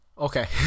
Okay